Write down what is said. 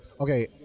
Okay